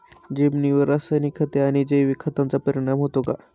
जमिनीवर रासायनिक खते आणि जैविक खतांचा परिणाम होतो का?